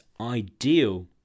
ideal